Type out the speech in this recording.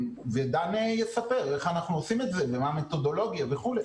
ודן יספר איך אנחנו עושים את זה ומה המתודולוגיה וכו'.